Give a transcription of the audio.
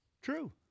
True